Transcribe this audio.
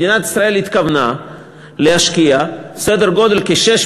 מדינת ישראל התכוונה להשקיע סדר-גודל של כ-600